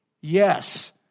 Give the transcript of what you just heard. Yes